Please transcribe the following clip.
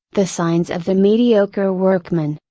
the signs of the mediocre workman.